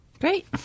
Great